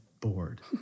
bored